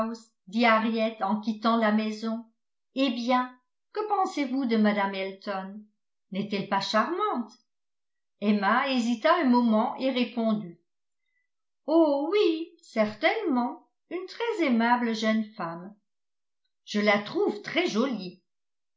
en quittant la maison eh bien que pensez-vous de mme elton n'est-elle pas charmante emma hésita un moment et répondit oh oui certainement une très aimable jeune femme je la trouve très jolie